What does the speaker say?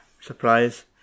surprise